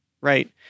right